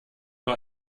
nur